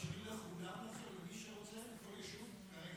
מאפשרים לכולם, למי שרוצה, לכל יישוב כרגע?